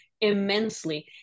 immensely